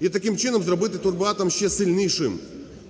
і таким чином зробити "Турбоатом" ще сильнішим.